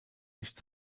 nicht